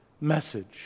message